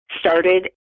started